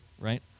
right